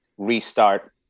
restart